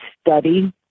study